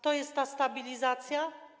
To jest ta stabilizacja?